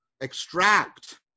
extract